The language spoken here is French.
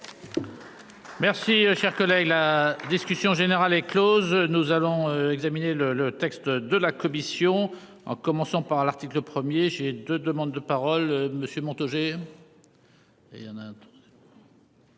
Merci, chers collègues, la discussion générale est Close. Nous allons examiner le texte de la commission en commençant par l'article premier jet de demandes de parole, monsieur Montaugé.